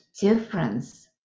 difference